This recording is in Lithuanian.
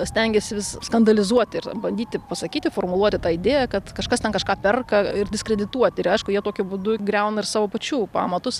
stengiasi vis skandalizuoti ir bandyti pasakyti formuluoti tą idėją kad kažkas ten kažką perka ir diskredituoti ir aišku jie tokiu būdu griauna ir savo pačių pamatus